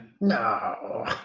No